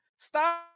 stop